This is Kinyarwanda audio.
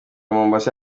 mombasa